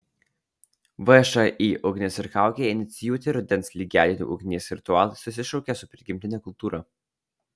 všį ugnis ir kaukė inicijuoti rudens lygiadienių ugnies ritualai susišaukia su prigimtine kultūra